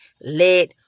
let